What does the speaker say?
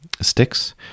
sticks